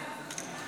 ואם.